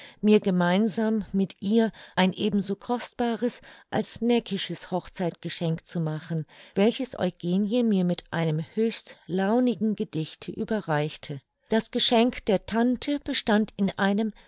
mir gemeinsam mit ihr ein ebenso kostbares als neckisches hochzeitgeschenk zu machen welches eugenie mir mit einem höchst launigen gedichte überreichte das geschenk der tante bestand in einem